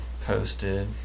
posted